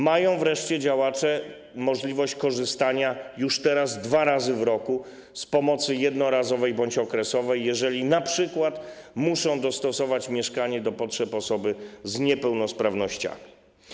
mają wreszcie możliwość korzystania, już teraz dwa razy w roku, z pomocy jednorazowej bądź okresowej, jeżeli np. muszą dostosować mieszkanie do potrzeb osoby z niepełnosprawnościami.